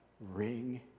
Ring